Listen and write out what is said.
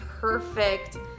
perfect